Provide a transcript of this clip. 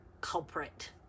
culprit